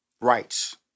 rights